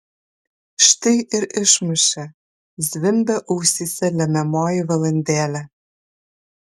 štai ir išmušė zvimbia ausyse lemiamoji valandėlė